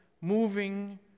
moving